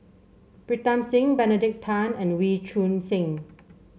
Pritam Singh Benedict Tan and Wee Choon Seng